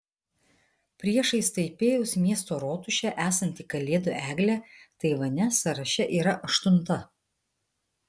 priešais taipėjaus miesto rotušę esanti kalėdų eglė taivane sąraše yra aštunta